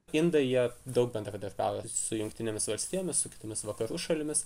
indai jie daug bendradarbiauja su jungtinėmis valstijomis su kitomis vakarų šalimis